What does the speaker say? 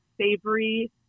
savory